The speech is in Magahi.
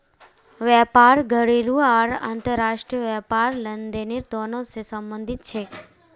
व्यापार घरेलू आर अंतर्राष्ट्रीय व्यापार लेनदेन दोनों स संबंधित छेक